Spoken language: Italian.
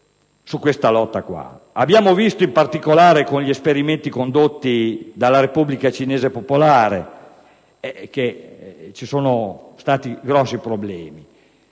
Abbiamo visto in particolare con gli esperimenti condotti dalla Repubblica popolare cinese che ci sono stati grossi problemi.